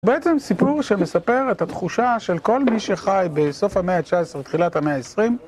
בעצם סיפור שמספר את התחושה של כל מי שחי בסוף המאה ה-19 ותחילת המאה ה-20